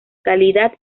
calidad